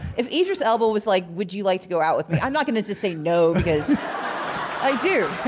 if idris elba was like, would you like to go out with me? i'm not going to just say no because i do.